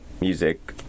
music